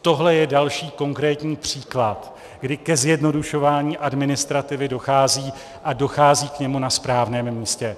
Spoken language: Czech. Tohle je další konkrétní příklad, kdy ke zjednodušování administrativy dochází, a dochází k němu na správném místě.